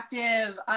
active